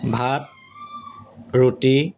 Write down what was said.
ভাত ৰুটি